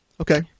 Okay